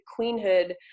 queenhood